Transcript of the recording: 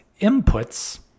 inputs